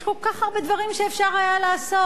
יש כל כך הרבה דברים שאפשר היה לעשות,